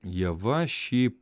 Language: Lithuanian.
ieva šį